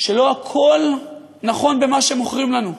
שלא הכול נכון במה שמוכרים לנו.